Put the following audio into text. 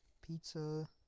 Pizza